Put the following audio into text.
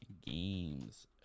Games